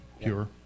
pure